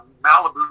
Malibu